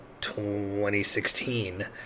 2016